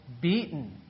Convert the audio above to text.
beaten